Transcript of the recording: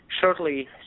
shortly